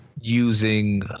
using